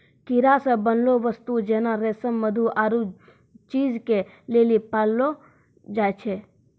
कीड़ा से बनलो वस्तु जेना रेशम मधु आरु चीज के लेली पाललो जाय छै